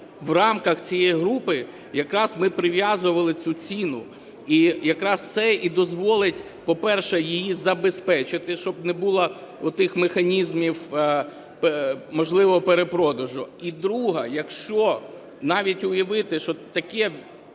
в рамках цієї групи якраз ми прив'язували цю ціну. І якраз це і дозволить, по-перше, її забезпечити, щоб не було отих механізмів можливого перепродажу. І друге. Якщо навіть уявити, що таке